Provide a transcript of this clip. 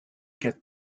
quatre